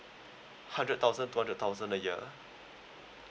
hundred thousand two hundred thousand a year